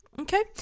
okay